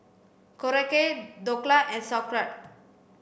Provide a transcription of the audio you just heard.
Korokke Dhokla and Sauerkraut